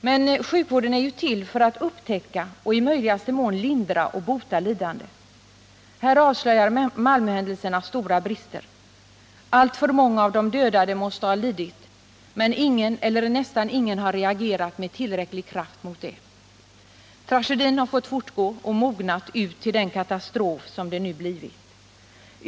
Men sjukvården är ju till för att upptäcka och i möjligaste mån lindra och bota lidanden. Här avslöjar Malmöhändelserna stora brister. Alltför många av de döda måste ha lidit, men ingen eller nästan ingen har reagerat med tillräcklig kraft mot detta. Tragedin har fått fortgå och mogna till den katastrof som det nu blivit.